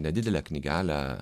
nedidelę knygelę